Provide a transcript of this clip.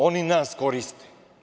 Oni nas koriste.